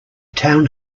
town